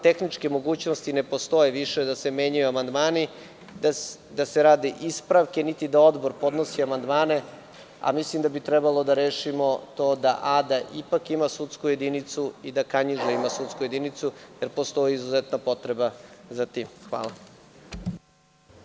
Tehničke mogućnosti ne postoje više da se menjaju amandmani, da se rade ispravka niti da odbor podnosi amandmane, a mislim da bi trebalo da rešimo to da Ada ipak ima sudsku jedinicu i da Kanjiža ima sudsku jedinicu, jer postoji izuzetna potreba za tim.